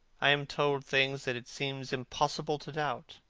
i am told things that it seems impossible to doubt.